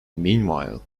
meanwhile